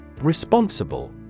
Responsible